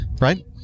right